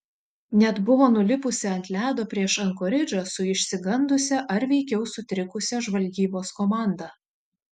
net buvo nulipusi ant ledo prieš ankoridžą su išsigandusia ar veikiau sutrikusia žvalgybos komanda